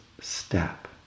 step